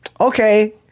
Okay